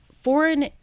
Foreign